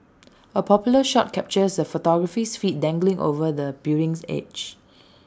A popular shot captures the photographer's feet dangling over the building's edge